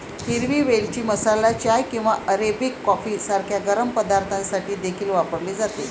हिरवी वेलची मसाला चाय किंवा अरेबिक कॉफी सारख्या गरम पदार्थांसाठी देखील वापरली जाते